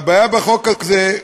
והבעיה בחוק הזה,